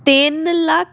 ਤਿੰਨ ਲੱਖ